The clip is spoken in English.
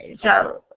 so,